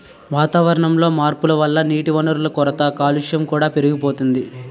వాతావరణంలో మార్పుల వల్ల నీటివనరుల కొరత, కాలుష్యం కూడా పెరిగిపోతోంది